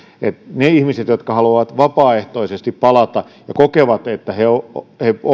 ne ihmiset jotka haluavat vapaaehtoisesti palata ja kokevat että he